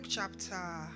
Chapter